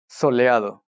soleado